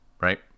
right